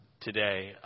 today